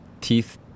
teeth